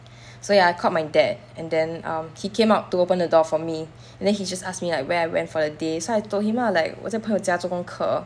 so ya I called my dad and then um he came up to open the door for me and then he just ask me like where I went for the day so I told him lah like 我在朋友家做功课